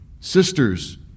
Sisters